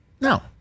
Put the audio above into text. No